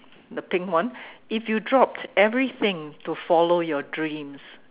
the pink one if you dropped everything to follow your dreams